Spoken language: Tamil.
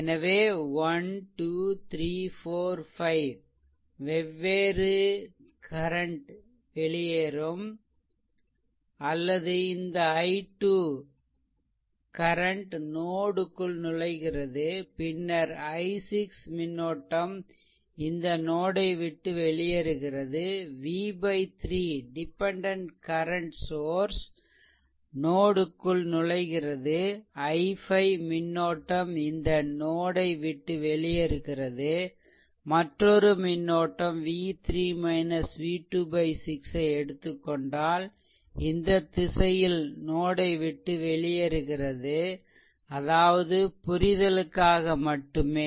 எனவே 1 2 3 4 5 வெவ்வேறு கரன்ட் வெளியேறும் அல்லது இந்த i 2 கரண்ட் நோட்க்குள் நுழைகிறது பின்னர் i6 மின்னோட்டம் இந்த நோட்யை விட்டு வெளியேறுகிறது v 3 டிபெண்டென்ட் கரன்ட் சோர்ஸ் நோட்க்குள் நுழைகிறது i5 மின்னோட்டம் இந்த நோட்யை விட்டு வெளியேறுகிறது மற்றொரு மின்னோட்டம் v3 v2 6 ஐ எடுத்துக் கொண்டால் இந்த திசையில் நோட்யை விட்டு வெளியேறுகிறது அதாவது புரிதலுக்காக மட்டுமே